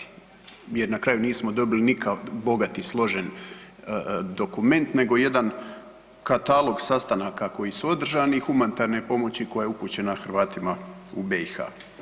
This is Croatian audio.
Mi je na kraju nismo dobili ni kao bogat i složen dokument, nego jedan katalog sastanaka koji su održani i humanitarne pomoći koja je upućena Hrvatima u BiH.